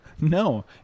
No